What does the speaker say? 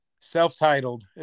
Self-titled